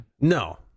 no